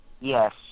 Yes